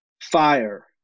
fire